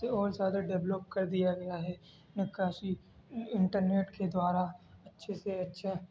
اسے اور زیادہ ڈیولپ کر دیا گیا ہے نقاشی انٹرنیٹ کے دوارا اچھے سے اچھا